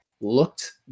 looked